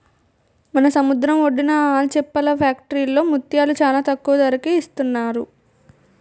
మన సముద్రం ఒడ్డున ఆల్చిప్పల ఫ్యాక్టరీలో ముత్యాలు చాలా తక్కువ ధరకే ఇస్తున్నారు